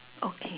okay